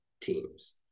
teams